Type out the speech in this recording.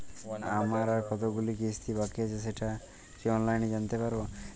আমার আর কতগুলি কিস্তি বাকী আছে সেটা কি অনলাইনে জানতে পারব?